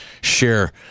share